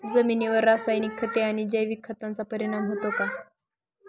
जमिनीवर रासायनिक खते आणि जैविक खतांचा परिणाम होतो का?